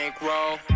bankroll